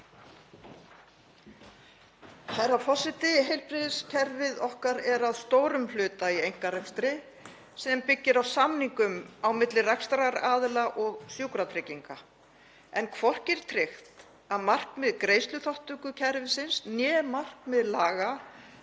Herra forseti. Heilbrigðiskerfið okkar er að stórum hluta í einkarekstri sem byggir á samningum á milli rekstraraðila og Sjúkratrygginga. En hvorki er tryggt að markmið greiðsluþátttökukerfisins né markmið laga